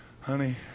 Honey